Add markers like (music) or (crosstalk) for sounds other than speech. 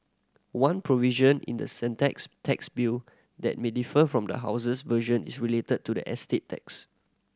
one provision in the (unintelligible) tax bill that may differ from the House's version is related to the estate tax